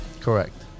Correct